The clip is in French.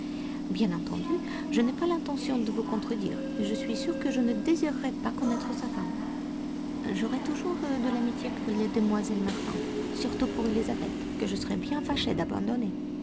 bien entendu je n'ai pas l'intention de vous contredire et je suis sûre que je ne désirerai pas connaître sa femme j'aurai toujours de l'amitié pour les demoiselles martin surtout pour elisabeth que je serais bien fâchée d'abandonner